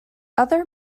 other